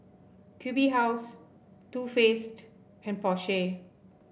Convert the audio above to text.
Q B House Too Faced and Porsche